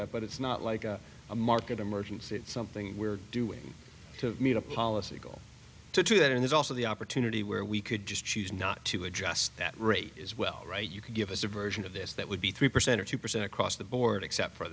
that but it's not like a market emergency it's something we're doing to meet a policy goal to do that and it's also the opportunity where we could just choose not to address that rate as well right you could give us a version of this that would be three percent or two percent across the board except for